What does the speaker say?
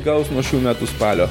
gaus nuo šių metų spalio